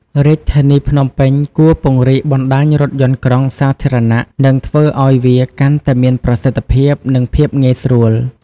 រាជធានីភ្នំពេញគួរពង្រីកបណ្តាញរថយន្តក្រុងសាធារណៈ និងធ្វើឱ្យវាកាន់តែមានប្រសិទ្ធភាព និងភាពងាយស្រួល។